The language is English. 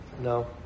No